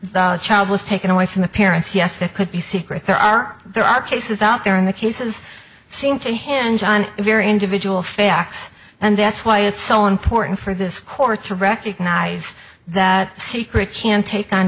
the child was taken away from the parents yes there could be secret there are there are cases out there in the cases seem to hinge on a very individual facts and that's why it's so important for this court to recognize that secret can take on